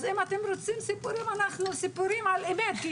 אז אם אתם רוצים סיפורים אז סיפורים על אמת,